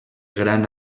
gran